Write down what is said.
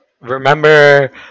remember